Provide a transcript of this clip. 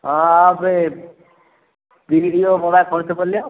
आप video mobile phone से बोल रहे हो